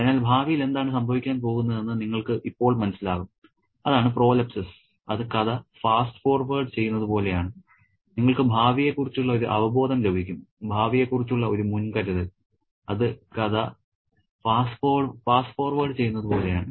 അതിനാൽ ഭാവിയിൽ എന്താണ് സംഭവിക്കാൻ പോകുന്നതെന്ന് നിങ്ങൾക്ക് ഇപ്പോൾ മനസ്സിലാകും അതാണ് പ്രോലെപ്സിസ് അത് കഥ ഫാസ്റ്റ് ഫോർവേഡ് ചെയ്യുന്നത് പോലെയാണ് നിങ്ങൾക്ക് ഭാവിയെക്കുറിച്ചുള്ള ഒരു അവബോധം ലഭിക്കും ഭാവിയെക്കുറിച്ചുള്ള ഒരു മുൻകരുതൽ അത് കഥ ഫാസ്റ്റ് ഫോർവേഡ് ചെയ്യുന്നത് പോലെയാണ്